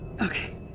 Okay